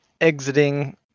exiting